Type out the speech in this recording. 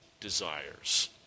desires